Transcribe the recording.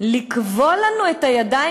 לכבול לנו את הידיים,